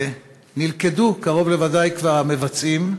נלכדו, קרוב לוודאי, כבר המבצעים,